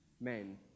men